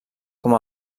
com